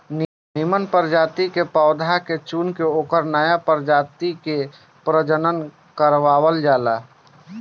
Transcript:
निमन प्रजाति के पौधा के चुनके ओकरा से नया प्रजाति के प्रजनन करवावल जाला